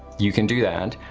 you can do that,